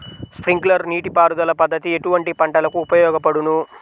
Sprinkler నీటిపారుదల పద్దతి ఎటువంటి పంటలకు ఉపయోగపడును?